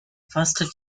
first